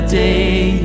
day